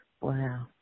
Wow